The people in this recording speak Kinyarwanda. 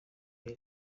amin